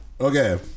Okay